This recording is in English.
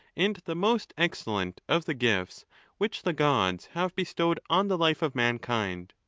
and the most excellent of the gifts which the gods have bestowed on the life of mankind.